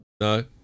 No